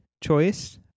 choice